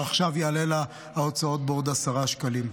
עכשיו יעלו לה ההוצאות בעוד 10 שקלים,